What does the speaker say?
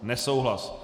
Nesouhlas.